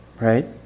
Right